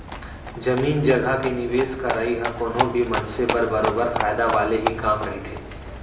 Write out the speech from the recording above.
जमीन जघा के निवेस करई ह कोनो भी मनसे बर बरोबर फायदा वाले ही काम रहिथे